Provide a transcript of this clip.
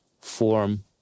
form